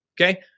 okay